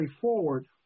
forward